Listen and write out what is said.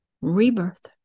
rebirth